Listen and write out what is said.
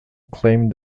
claimed